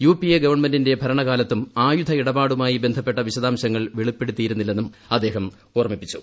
U P A ഗവൺമെന്റിന്റെ ഭരണകാലത്തും ആയുധ ഇടപാടുമായി ബന്ധപ്പെട്ട ് വിശദാംശങ്ങൾ വെളിപ്പെടുത്തിയിരുന്നില്ലെന്ന് അദ്ദേഹം ഓർമ്മിപ്പിച്ചു